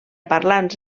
parlants